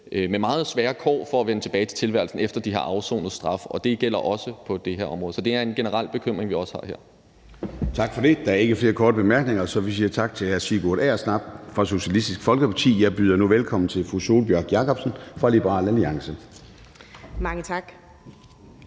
med meget svære vilkår for at vende tilbage til tilværelsen, efter at de har afsonet en straf. Det gælder også på det her område. Så det er en generel bekymring, vi også har her. Kl. 10:23 Formanden (Søren Gade): Tak for det. Der er ikke flere korte bemærkninger, så vi siger tak til hr. Sigurd Agersnap fra Socialistisk Folkeparti. Jeg byder nu velkommen til fru Sólbjørg Jakobsen fra Liberal Alliance. Kl.